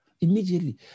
immediately